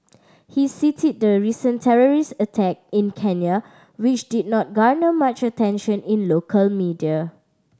he cited the recent terrorist attack in Kenya which did not garner much attention in local media